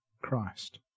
Christ